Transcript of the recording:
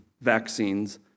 vaccines